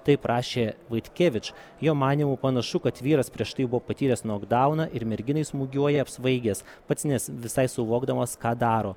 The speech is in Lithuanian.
taip rašė vaitkevič jo manymu panašu kad vyras prieš tai buvo patyręs nokdauną ir merginai smūgiuoja apsvaigęs pats nes visai suvokdamas ką daro